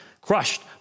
crushed